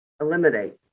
eliminate